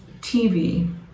TV